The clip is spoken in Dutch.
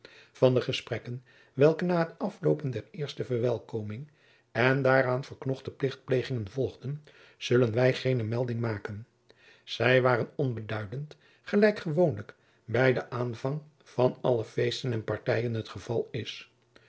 van de gesprekken welke na het afloopen der eerste verwelkoming en daaraan verknochte plichtplegingen volgden zullen wij geene melding maken zij waren onbeduidend gelijk gewoonlijk bij den aanvang van alle feesten en partijen het geval is